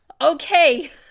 okay